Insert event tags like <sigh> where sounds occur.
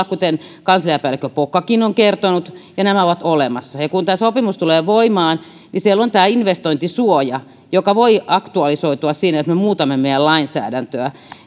<unintelligible> kuten kansliapäällikkö pokkakin on kertonut ja nämä ovat olemassa ja ja kun tämä sopimus tulee voimaan niin siellä on tämä investointisuoja joka voi aktualisoitua siinä jos me muutamme meidän lainsäädäntöä